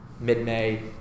mid-May